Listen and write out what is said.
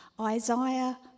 Isaiah